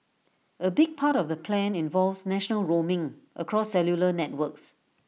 A big part of the plan involves national roaming across cellular networks